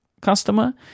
customer